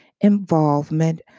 involvement